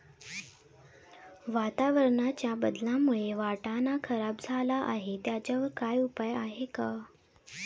वातावरणाच्या बदलामुळे वाटाणा खराब झाला आहे त्याच्यावर काय उपाय आहे का?